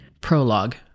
prologue